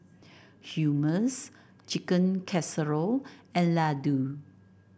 Hummus Chicken Casserole and Ladoo